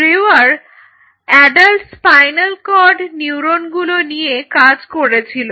Brewer adult spinal cord নিউরনগুলো নিয়ে কাজ করেছিল